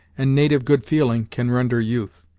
and native good feeling can render youth.